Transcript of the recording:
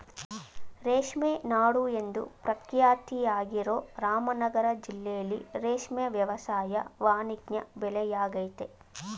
ರೇಷ್ಮೆ ನಾಡು ಎಂದು ಪ್ರಖ್ಯಾತಿಯಾಗಿರೋ ರಾಮನಗರ ಜಿಲ್ಲೆಲಿ ರೇಷ್ಮೆ ವ್ಯವಸಾಯ ವಾಣಿಜ್ಯ ಬೆಳೆಯಾಗಯ್ತೆ